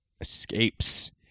escapes